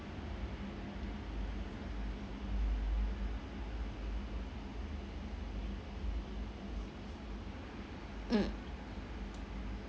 mm